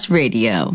radio